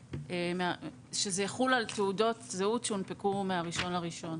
שזה יחול על תעודות זהות שהונפקו מה-1 בינואר.